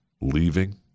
leaving